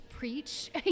preach